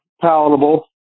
palatable